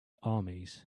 armies